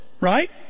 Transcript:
Right